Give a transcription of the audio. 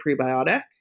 prebiotic